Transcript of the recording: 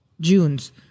June's